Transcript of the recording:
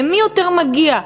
למי יותר מגיע.